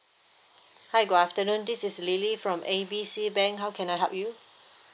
hi good afternoon this is lily from A B C bank how can I help you